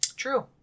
true